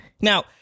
Now